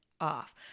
off